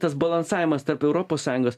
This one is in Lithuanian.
tas balansavimas tarp europos sąjungos